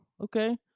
okay